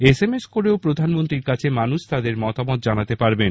SMS করেও প্রধানমন্ত্রীর কাছে মানুষ তাঁদের মতামত জানাতে পারবেন